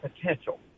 potential